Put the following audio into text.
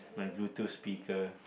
my bluetooth speaker